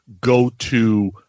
go-to